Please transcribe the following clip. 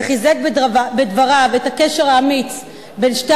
וחיזק בדבריו את הקשר האמיץ בין שתי